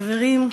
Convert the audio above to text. תודה, חברים,